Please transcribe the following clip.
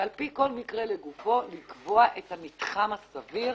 ועל פי כל מקרה לגופו לקבוע את המתחם הסביר.